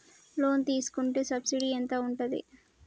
Loan తీసుకుంటే subsidy ఎంత ఉంటది?